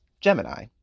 Gemini